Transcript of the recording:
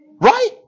Right